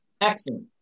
Excellent